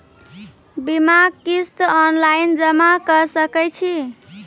बीमाक किस्त ऑनलाइन जमा कॅ सकै छी?